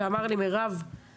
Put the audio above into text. ואמר לי: מירב,